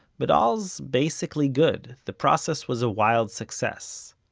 but all is basically good. the process was a wild success.